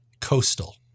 coastal